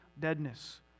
deadness